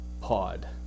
pod